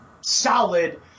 solid